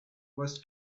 was